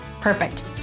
Perfect